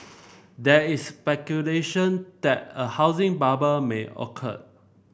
there is speculation that a housing bubble may occur